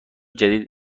جدید